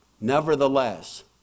Nevertheless